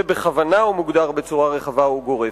ובכוונה הוא מוגדר בצורה רחבה וגורפת.